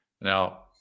Now